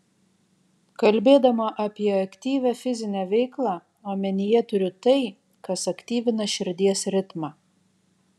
kalbėdama apie aktyvią fizinę veiklą omenyje turiu tai kas aktyvina širdies ritmą